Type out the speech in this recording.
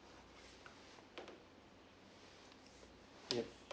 yup